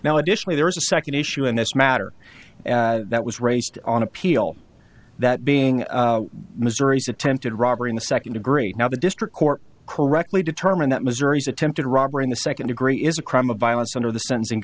now additionally there is a second issue in this matter that was raised on appeal that being missouri's attempted robbery in the second degree now the district court correctly determined that missouri's attempted robbery in the second degree is a crime of violence under the sen